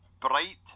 bright